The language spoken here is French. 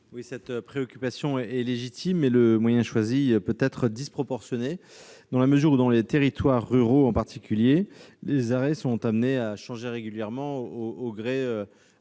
Une telle préoccupation est légitime, mais le moyen choisi est peut-être disproportionné. En effet, dans les territoires ruraux en particulier, les arrêts sont amenés à changer régulièrement au gré